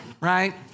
Right